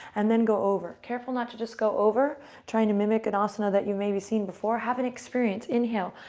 and then go over. careful not to just go over trying to mimic an and asana that you've maybe seen before have an experience. inhale,